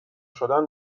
شدن